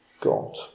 God